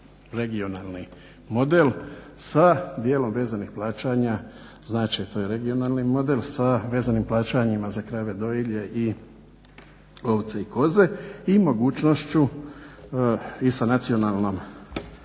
regionalni model sa dijelom vezanih plaćanja, znači to je regionalni model sa vezanim plaćanjima za krave dojilje i ovce i koze i mogućnošću i sa nacionalnom